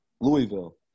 Louisville